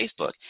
Facebook